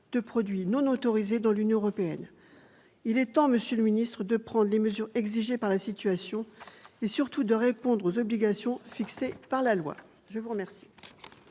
de produits non autorisés dans l'Union européenne. Il est temps, monsieur le ministre, de prendre les mesures exigées par la situation et, surtout, de répondre aux obligations fixées par la loi. La parole